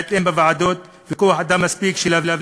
בהתאם, בוועדות, וכוח-אדם מספיק שילווה